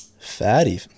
fatty